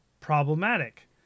problematic